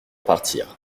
partir